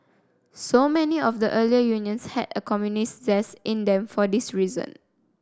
so many of the earlier unions had a communist zest in them for this reason